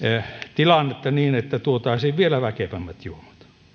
tilannetta niin että tuotaisiin vielä väkevämmät juomat